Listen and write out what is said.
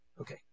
Okay